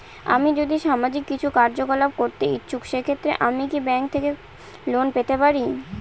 আমি যদি সামাজিক কিছু কার্যকলাপ করতে ইচ্ছুক সেক্ষেত্রে আমি কি ব্যাংক থেকে লোন পেতে পারি?